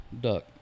duck